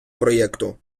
проекту